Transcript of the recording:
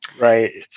Right